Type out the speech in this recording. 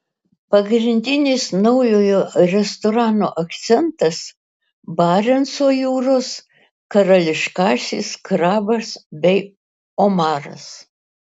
pagrindinis naujojo restorano akcentas barenco jūros karališkasis krabas bei omaras